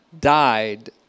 died